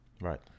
right